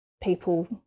people